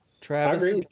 Travis